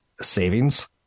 savings